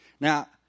now